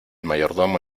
mayordomo